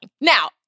Now